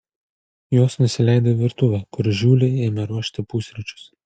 jos nusileido į virtuvę kur žiuli ėmė ruošti pusryčius